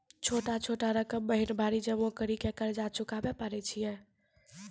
छोटा छोटा रकम महीनवारी जमा करि के कर्जा चुकाबै परए छियै?